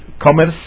commerce